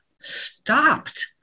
stopped